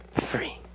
free